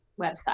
website